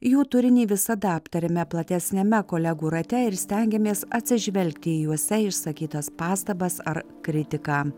jų turinį visada aptariame platesniame kolegų rate ir stengiamės atsižvelgti į juose išsakytas pastabas ar kritiką